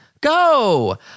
Go